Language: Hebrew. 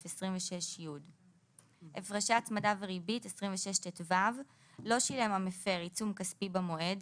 26י. 26טוהפרשי הצמדה וריבית לא שילם המפר עצום כספי במועד,